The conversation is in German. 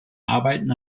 arbeiten